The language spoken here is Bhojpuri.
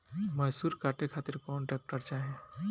मैसूर काटे खातिर कौन ट्रैक्टर चाहीं?